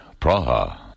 Praha